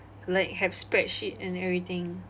like have spreadsheet and everything